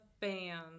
fans